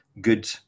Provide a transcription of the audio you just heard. good